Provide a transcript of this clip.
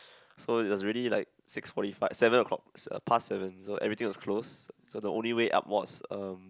so it's already like six forty five seven o-clock past seven so everything was closed so the only way up was um